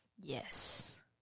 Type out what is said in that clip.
Yes